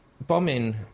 Bombing